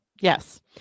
Yes